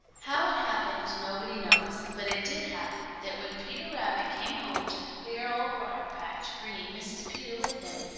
how it happened nobody knows, but it did happen that when peter rabbit came home to the clear old briar-patch, bringing mrs. peter with him,